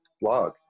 blog